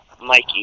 Mikey